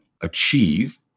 achieve